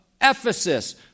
Ephesus